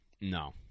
No